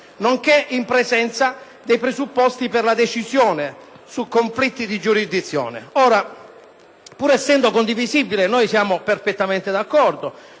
nonche´ in presenza dei presupposti per la decisione su conflitti di giurisdizione. Ora, pur essendo condivisibile – e noi siamo perfettamente d’accordo